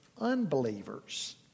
unbelievers